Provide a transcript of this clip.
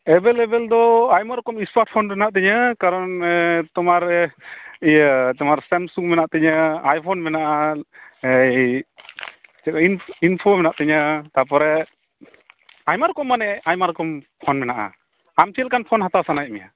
available ᱫᱚ ᱟᱭᱢᱟ ᱨᱚᱠᱚᱢ ᱥᱢᱟᱴ ᱯᱷᱳᱱ ᱢᱮᱱᱟᱜ ᱛᱤᱧᱟᱹ ᱠᱟᱨᱚᱱ ᱛᱳᱢᱟᱨ ᱤᱭᱟᱹ ᱛᱳᱢᱟᱨ ᱥᱟᱢᱥᱩᱢ ᱢᱮᱱᱟᱜ ᱛᱤᱧᱟᱹ ᱟᱭ ᱯᱷᱳᱱ ᱢᱮᱱᱟᱜᱼᱟ ᱤᱱᱯᱷᱳ ᱢᱮᱱᱟᱜ ᱛᱤᱧᱟᱹᱛᱟᱯᱚᱨᱮ ᱟᱭᱢᱟ ᱨᱚᱠᱚᱢ ᱢᱟᱱᱮ ᱟᱭᱢᱟ ᱨᱚᱠᱚᱢ ᱯᱷᱳᱱ ᱢᱮᱱᱟᱜᱼᱟ ᱟᱢ ᱪᱮᱫ ᱞᱮᱠᱟᱱ ᱯᱷᱳᱱ ᱦᱟᱛᱟᱣ ᱥᱟᱱᱟᱭᱮᱫ ᱢᱮᱭᱟ